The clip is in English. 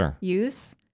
use